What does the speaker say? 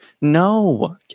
no